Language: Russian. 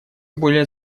более